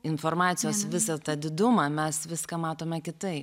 informacijos visą tą didumą mes viską matome kitaip